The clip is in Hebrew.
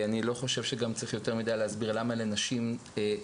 אני לא חושב שגם צריך להסביר יותר מדי למה לחלק מהנשים